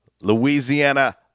Louisiana